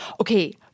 okay